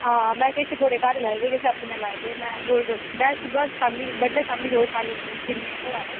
में किश थुआढ़े घर लाए दे किश अपने लाए दे में सूबह शामीं रोज़ पानी दिन्नी उनेंगी मैडम